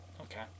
Okay